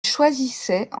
choisissait